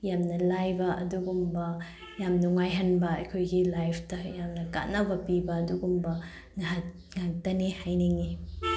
ꯌꯥꯝꯅ ꯂꯥꯏꯕ ꯑꯗꯨꯒꯨꯝꯕ ꯌꯥꯝ ꯅꯨꯡꯉꯥꯏꯍꯟꯕ ꯑꯩꯈꯣꯏꯒꯤ ꯂꯥꯏꯐꯇ ꯌꯥꯝꯅ ꯀꯥꯟꯅꯕ ꯄꯤꯕ ꯑꯗꯨꯒꯨꯝꯕ ꯉꯥꯛꯇꯅꯤ ꯍꯥꯏꯅꯤꯡꯏ